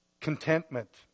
Contentment